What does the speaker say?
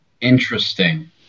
Interesting